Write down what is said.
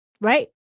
Right